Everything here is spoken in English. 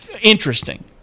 interesting